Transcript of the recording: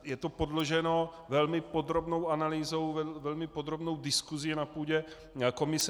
Je to podloženo velmi podrobnou analýzou, velmi podrobnou diskusí na půdě komise.